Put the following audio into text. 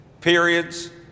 periods